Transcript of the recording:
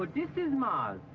but this is mars!